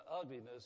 ugliness